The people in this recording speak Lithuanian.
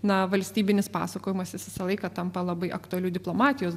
na valstybinis pasakojamas jis visą laiką tampa labai aktualiu diplomatijos